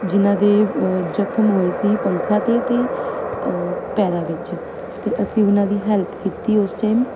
ਜਿਨ੍ਹਾਂ ਦੇ ਜਖ਼ਮ ਹੋਏ ਸੀ ਪੰਖਾ 'ਤੇ ਅਤੇ ਪੈਰਾਂ ਵਿੱਚ ਅਤੇ ਅਸੀਂ ਉਹਨਾਂ ਦੀ ਹੈਲਪ ਕੀਤੀ ਉਸ ਟਾਈਮ